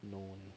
know